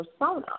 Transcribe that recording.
persona